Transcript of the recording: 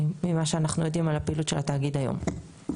ממה שאנחנו יודעים על הפעילות של התאגיד היום.